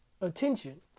attention